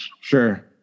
Sure